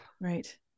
Right